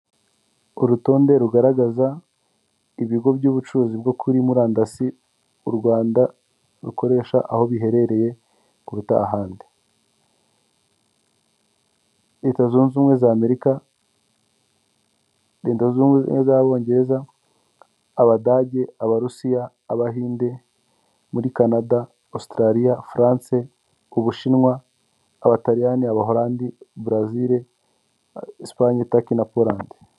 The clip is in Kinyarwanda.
Urutonde rugaragaza ibigo by'ubucuruzi bwo kuri murandasi rukoresha aho biherereye kuruta ahandi Leta zunze ubumwe z'Amerika Leta zunze z'abongereza, abadage, abarusiya, abahinde muri Kanada Ositarariya, Faranse, ubushinwa abataliyani abaholrandi Brazil Esipanye Taki, na Poland.